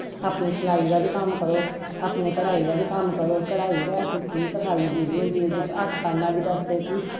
अपनी सलाई दा बी कम्म करो अपने कढाई दा बी कम्म करो कढाई गै एसी चीज सिखाई गेदी होंदी है ओहदे च हत्थ पाना बी दसदे गी